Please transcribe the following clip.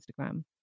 Instagram